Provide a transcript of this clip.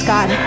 God